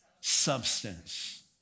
Substance